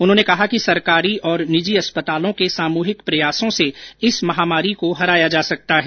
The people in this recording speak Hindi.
उन्होंने कहा कि सरकारी और निजी अस्पतालों के सामुहिक प्रयासों से इस महामारी को हराया जा सकता है